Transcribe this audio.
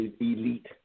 elite